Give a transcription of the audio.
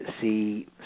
see